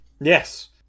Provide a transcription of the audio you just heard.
Yes